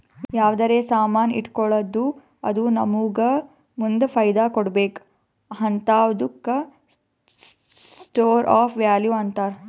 ಯಾವ್ದರೆ ಸಾಮಾನ್ ಇಟ್ಗೋಳದ್ದು ಅದು ನಮ್ಮೂಗ ಮುಂದ್ ಫೈದಾ ಕೊಡ್ಬೇಕ್ ಹಂತಾದುಕ್ಕ ಸ್ಟೋರ್ ಆಫ್ ವ್ಯಾಲೂ ಅಂತಾರ್